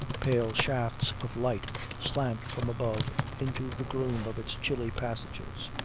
pale shafts of light slant from above into the gloom of its chilly passages.